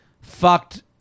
fucked